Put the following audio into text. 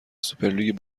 سوپرلیگ